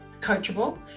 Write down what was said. coachable